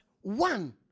one